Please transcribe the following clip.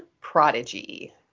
Prodigy